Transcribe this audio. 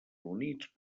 units